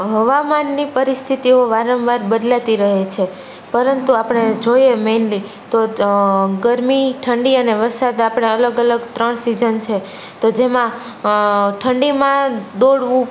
હવામાનની પરિસ્થિતિઓ વારંવાર બદલાતી રહે છે પરંતુ આપણે જોઇએ મેનલી તો ગરમી ઠંડી અને વરસાદ આપણા અલગ અલગ ત્રણ સીજન છે તો જેમાં ઠંડીમાં દોડવું